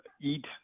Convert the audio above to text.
eat